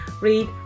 read